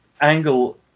Angle